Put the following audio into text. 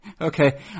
Okay